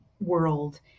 world